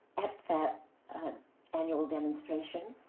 at that annual demonstration,